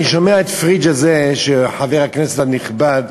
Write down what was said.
אני שומע את פריג' הזה, חבר הכנסת הנכבד,